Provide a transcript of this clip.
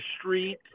street